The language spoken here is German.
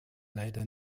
leider